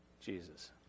Jesus